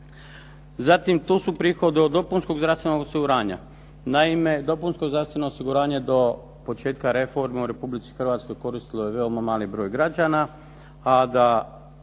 zatim tu su prihodi od dopunskog zdravstvenog osiguranja. Naime, dopunsko zdravstveno osiguranje do početka reforme u Republici Hrvatskoj koristilo je veoma mali broj građana, a da